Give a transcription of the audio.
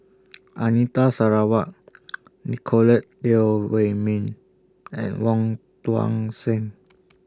Anita Sarawak Nicolette Teo Wei Min and Wong Tuang Seng